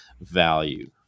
value